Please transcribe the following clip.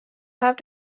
have